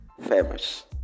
famous